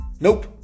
Nope